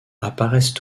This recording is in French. apparaissent